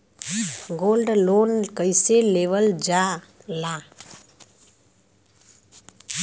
Gold loan कईसे लेवल जा ला?